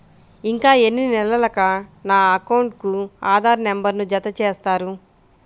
ఇంకా ఎన్ని నెలలక నా అకౌంట్కు ఆధార్ నంబర్ను జత చేస్తారు?